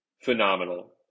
phenomenal